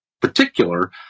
particular